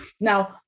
Now